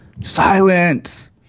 silence